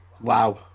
wow